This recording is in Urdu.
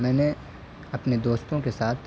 میں نے اپنے دوستوں کے ساتھ